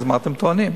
אז מה אתם טוענים?